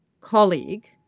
colleague